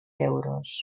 euros